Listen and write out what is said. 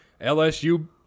LSU